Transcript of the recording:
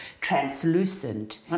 translucent